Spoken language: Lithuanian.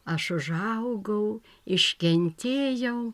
aš užaugau iškentėjau